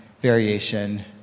variation